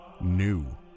new